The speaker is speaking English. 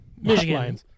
Michigan